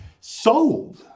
Sold